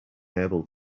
able